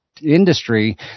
industry